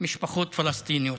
משפחות פלסטיניות.